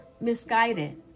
misguided